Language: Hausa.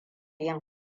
yin